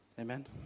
Amen